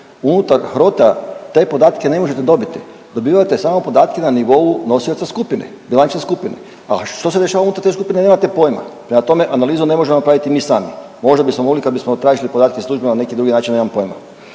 unutar HROTE-a te podatke ne možete dobiti, dobivate samo podatke na nivou nosioca skupine, bilance skupine, a što se dešava unutar te skupine nemate pojma, prema tome analizu ne možemo napraviti mi sami, možda bismo mogli kad bismo tražili podatke službeno na neki drugi način, nemam pojma.